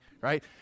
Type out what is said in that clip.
right